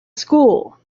school